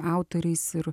autoriais ir